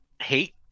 hate